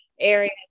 area